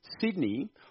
Sydney